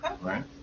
right